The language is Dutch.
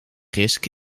risk